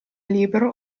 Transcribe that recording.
libero